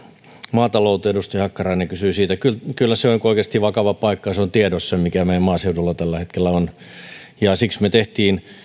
maatalouteen edustaja hakkarainen kysyi siitä kyllä kyllä se on oikeasti vakava paikka se on tiedossa mikä tilanne meidän maaseudulla tällä hetkellä on siksi me teimme